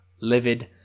livid